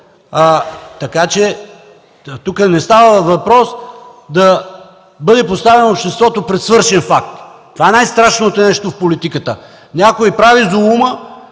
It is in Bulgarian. Така че тук не става въпрос да бъде поставено обществото пред свършен факт. Това е най-страшното нещо в политиката. Някой прави зулума,